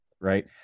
right